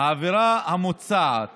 העבירה המוצעת